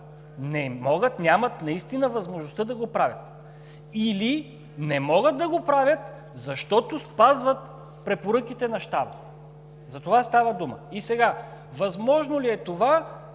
нямат наистина възможността да го правят или не могат да го правят, защото спазват препоръките на Щаба. За това става дума. И сега възможно ли е това